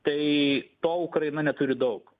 tai to ukraina neturi daug